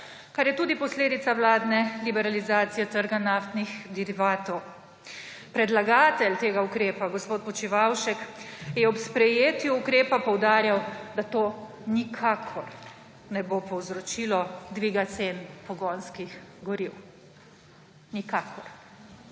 kar je tudi posledica vladne liberalizacije trga naftnih derivatov. Predlagatelj tega ukrepa gospod Počivalšek je ob sprejetju ukrepa poudarjal, da to nikakor ne bo povzročilo dviga cen pogonskih goriv. Nikakor.